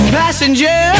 passenger